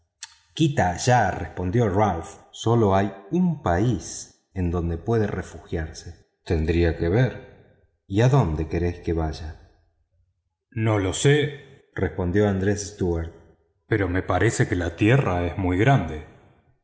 quita allá respondió gualterio ralph sólo hay un país en donde pueda refugiarse tendría que verse y adónde queréis que vaya no lo sé respondió andrés stuart pero me parece que la tierra es muy grande